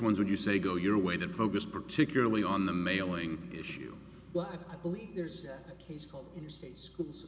ones would you say go your way the focus particularly on the mailing issue i believe there's a case for state schools